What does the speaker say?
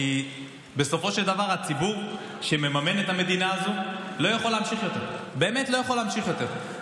כי בסופו של דבר הציבור שמממן את המדינה הזו באמת לא יכול להמשיך יותר.